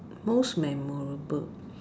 most memorable